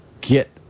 get